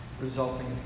resulting